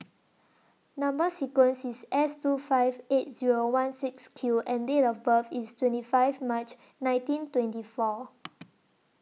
Number sequence IS S two five eight Zero one six Q and Date of birth IS twenty five March nineteen twenty four